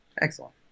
Excellent